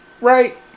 Right